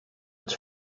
its